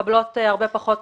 הרבה פחות